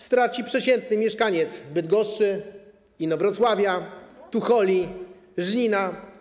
Straci przeciętny mieszkaniec Bydgoszczy, Inowrocławia, Tucholi, Żnina.